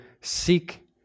seek